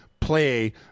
play